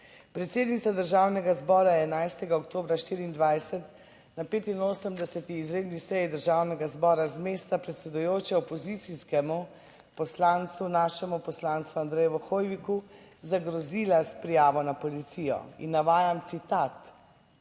Predsednica Državnega zbora 11. oktobra 2024 na 85. izredni seji Državnega zbora z mesta predsedujoče opozicijskemu poslancu, našemu poslancu Andreju Hoiviku zagrozila s prijavo na policijo in navajam citat,